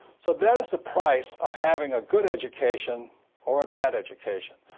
so there is a price of having a good education or a bad education.